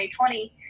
2020